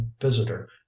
visitor